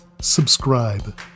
Subscribe